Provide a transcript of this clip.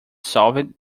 solved